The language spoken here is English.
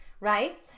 Right